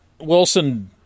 Wilson